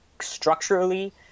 Structurally